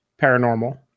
paranormal